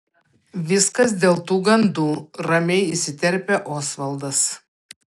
viskas dėl tų gandų ramiai įsiterpia osvaldas